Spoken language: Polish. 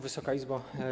Wysoka Izbo!